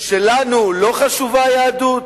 שלנו לא חשובה היהדות?